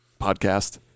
podcast